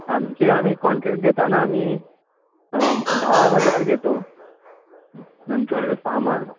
आमचे आम्ही कॉन्ट्रेक घेताना आम्ही दहा हजार घेतो नंतर सामान